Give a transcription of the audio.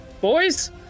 Boys